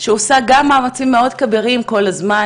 שעושה גם מאמצים כבירים כל הזמן,